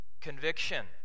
conviction